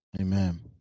Amen